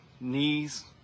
knees